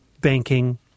banking